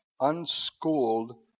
unschooled